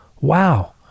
wow